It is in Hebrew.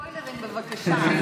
בלי ספוילרים, בבקשה.